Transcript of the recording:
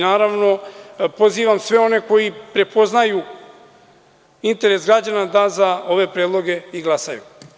Naravno, pozivam sve ono koji prepoznaju interes građana da za ove predloge i glasaju.